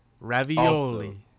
Ravioli